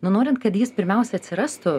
na norint kad jis pirmiausia atsirastų